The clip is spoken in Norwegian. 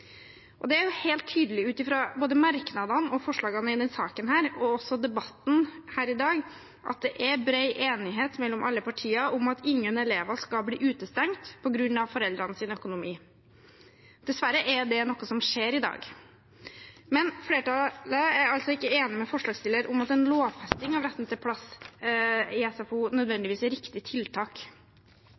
Det er helt tydelig ut fra både merknadene og forslagene i denne saken og debatten her i dag at det er bred enighet mellom alle partier om at ingen elever skal bli utstengt på grunn av foreldrenes økonomi. Dessverre er det noe som skjer i dag. Men flertallet er altså ikke enig med forslagsstillerne i at en lovfesting av retten til plass i SFO nødvendigvis er riktig tiltak.